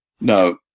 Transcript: No